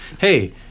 hey